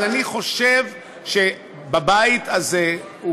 אז אני חושב שבבית הזה,